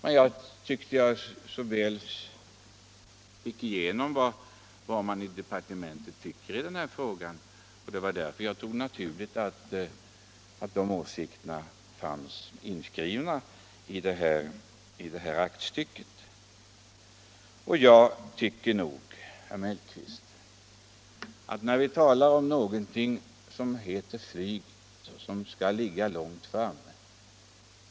Men jag tyckte den så väl fick fram vad man i departementet tycker i den här frågan, och jag tyckte det var naturligt att dessa åsikter finns inskrivna i detta aktstycke. Jag tycker nog, herr Mellqvist, att om vi skall tala om flyg så måste vi ligga långt framme.